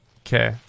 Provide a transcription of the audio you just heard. Okay